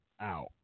out